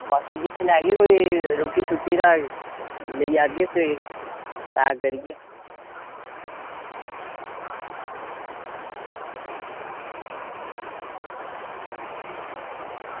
बाकी दिक्खी लैगे कोई रुट्टी दा लेई जाह्गे सवेरे पैक करियै